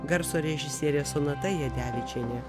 garso režisierė sonata jadevičienė